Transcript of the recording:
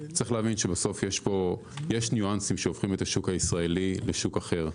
צריך להבין שבסוף יש ניואנסים שהופכים את השוק הישראלי לשוק אחר.